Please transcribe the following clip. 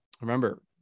remember